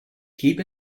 keep